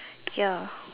ya